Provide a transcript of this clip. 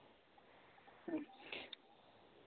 ᱟᱪᱪᱷᱟ